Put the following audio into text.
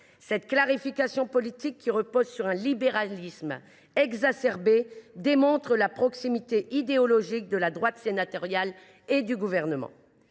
Cette clarification politique qui repose sur un libéralisme exacerbé démontre la proximité idéologique de la droite sénatoriale et du Gouvernement.